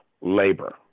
labor